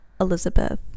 elizabeth